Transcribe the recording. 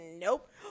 nope